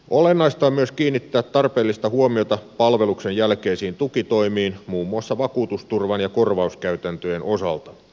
olennaista on myös kiinnittää tarpeellista huomiota palveluksen jälkeisiin tukitoimiin muun muassa vakuutusturvan ja korvauskäytäntöjen osalta